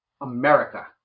America